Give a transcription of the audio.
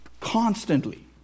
constantly